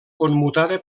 commutada